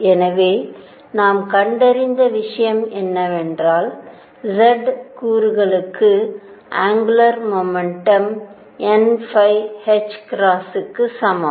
எனவே நாம் கண்டறிந்த விஷயம் என்னவென்றால் z கூறுக்கு அங்குலார் மொமெண்டம் n க்கு சமம்